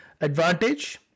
advantage